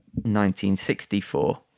1964